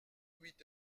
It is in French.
huit